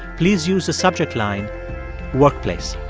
please use the subject line workplace